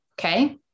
okay